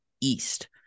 East